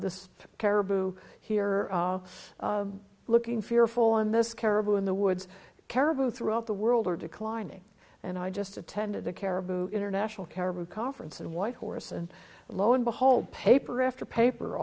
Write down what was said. this caribou here are looking fearful on this caribou in the woods caribou throughout the world are declining and i just attended a caribou international caribou conference and white horse and lo and behold paper after paper